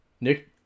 Nick